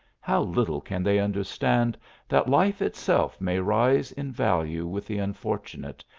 how little can they understand that life itself may rise in value with the unfortunate,